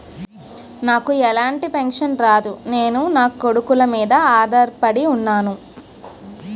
నాకు ఎలాంటి పెన్షన్ రాదు నేను నాకొడుకుల మీద ఆధార్ పడి ఉన్నాను